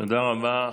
תודה רבה.